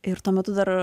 ir tuo metu dar